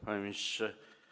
Panie Ministrze!